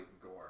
gore